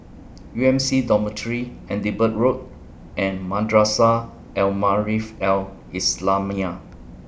U M C Dormitory Edinburgh Road and Madrasah Al Maarif Al Islamiah